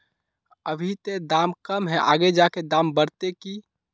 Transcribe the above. अभी ते दाम कम है आगे जाके दाम बढ़ते की?